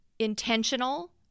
Intentional